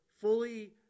fully